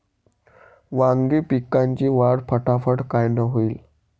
वांगी पिकाची वाढ फटाफट कायनं होईल?